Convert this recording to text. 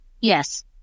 Yes